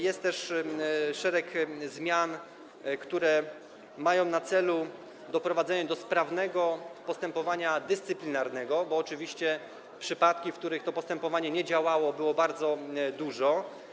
Jest też szereg zmian, które mają na celu doprowadzenie do sprawnego postępowania dyscyplinarnego, bo oczywiście przypadków, w których to postępowanie nie działało, było bardzo dużo.